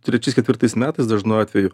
trečiais ketvirtais metais dažnu atveju